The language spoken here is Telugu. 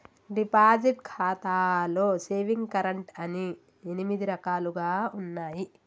డిపాజిట్ ఖాతాలో సేవింగ్స్ కరెంట్ అని ఎనిమిది రకాలుగా ఉన్నయి